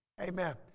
Amen